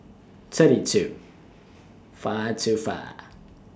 thirty two five two five